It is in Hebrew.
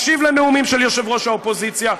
מקשיב לנאומים של יושב-ראש האופוזיציה,